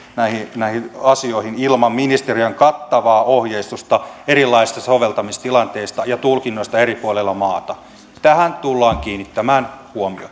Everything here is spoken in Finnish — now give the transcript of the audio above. näihin asioihin ilman ministeriön kattavaa ohjeistusta erilaisista soveltamistilanteista ja tulkinnoista eri puolilla maata tähän tullaan kiinnittämään huomiota